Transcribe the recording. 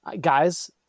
guys